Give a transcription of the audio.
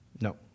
No